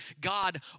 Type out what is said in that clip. God